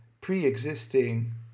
pre-existing